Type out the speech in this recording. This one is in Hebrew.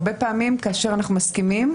הרבה פעמים כאשר אנחנו מסכימים,